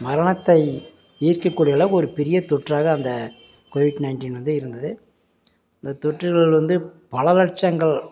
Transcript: மரணத்தை ஈர்க்க கூடிய அளவுக்கு ஒரு பெரிய தொற்றாக அந்த கோவிட் நயின்டின் வந்து இருந்தது இந்த தொற்றுகள் வந்து பல லட்சங்கள்